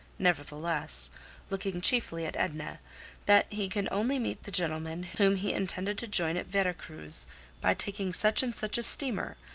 nevertheless looking chiefly at edna that he could only meet the gentleman whom he intended to join at vera cruz by taking such and such a steamer,